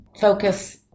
focus